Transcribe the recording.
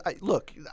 look